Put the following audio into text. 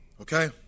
Okay